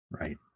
Right